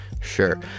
sure